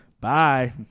Bye